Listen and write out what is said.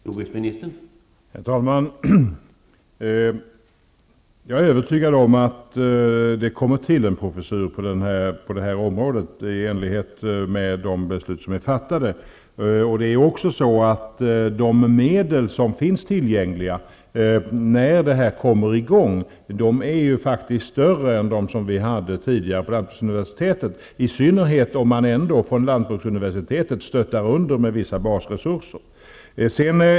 Herr talman! Jag är övertygad om att det kommer till en professur på detta område i enlighet med de beslut som är fattade. De medel som finns tillgängliga när detta kommer i gång är faktiskt större än de medel lantbruksuniversitetet hade tidigare, i synnerhet om man tar hänsyn till att lantbruksuniversitetet ändå har stöttat med vissa basresurser.